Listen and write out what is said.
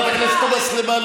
חברת הכנסת תומא סלימאן,